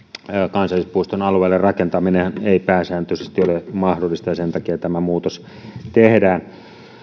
kansallispuiston alueelle rakentaminenhan ei pääsääntöisesti ole mahdollista ja sen takia tämä muutos tehdään